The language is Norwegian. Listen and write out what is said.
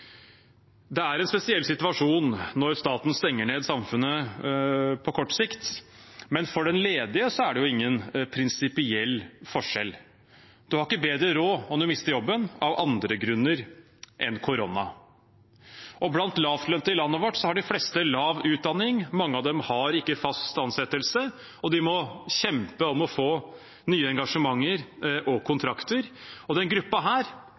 Det er en spesiell situasjon når staten stenger ned samfunnet på kort sikt, men for den ledige er det ingen prinsipiell forskjell. Man har ikke bedre råd om man mister jobben av andre grunner enn korona. Blant de lavtlønte i landet vårt har de fleste lav utdanning, mange av dem har ikke fast ansettelse, og de må kjempe om å få nye engasjementer og kontrakter. Denne gruppen er overlatt til den